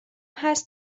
هست